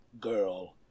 girl